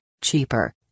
cheaper